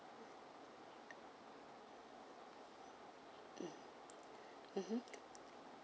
mmhmm